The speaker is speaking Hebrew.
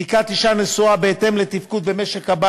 בדיקת אישה נשואה היא בהתאם לתפקוד במשק-הבית,